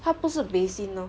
它不是 basin lor